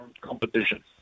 competition